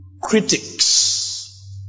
critics